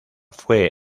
fue